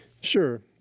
Sure